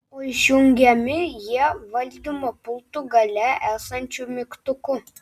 o išjungiami jie valdymo pulto gale esančiu mygtuku